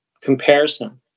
comparison